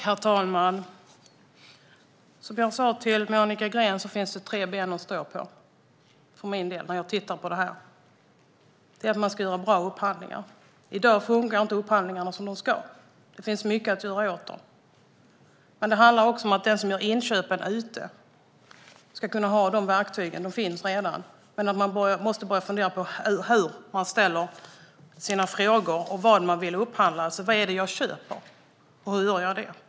Herr talman! Som jag sa till Monica Green finns det tre ben att stå på för min del när jag tittar på det här. Det är att man ska göra bra upphandlingar. I dag funkar inte upphandlingarna som de ska. Det finns mycket att göra åt dem. Det handlar också om att den som gör inköpen ute ska kunna ha de verktygen. De finns redan, men man måste börja fundera på hur man ställer sina frågor och vad man vill upphandla. Vad är det jag köper, och hur gör jag det?